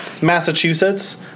Massachusetts